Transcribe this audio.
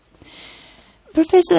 Professor